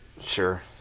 sure